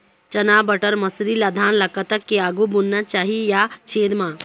चना बटर मसरी ला धान ला कतक के आघु बुनना चाही या छेद मां?